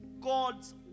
God's